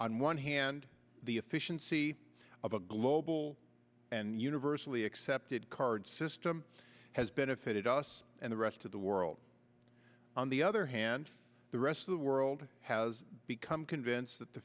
on one hand the efficiency of a global and universally accepted card system has benefited us and the rest of the world on the other hand the rest of the world has become convinced that the